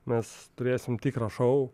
mes turėsim tikrą šou